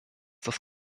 das